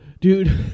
Dude